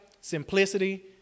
simplicity